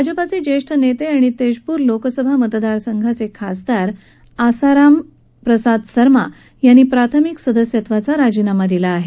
भाजपाचे ज्येष्ठ नेते आणि तेजपूर लोकसभा मतदारसंघांचे खासदार आसाराम प्रसाद सर्मा यांनी प्राथमिक सदस्यत्वाचा राजीनामा दिला आहे